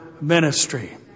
ministry